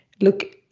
look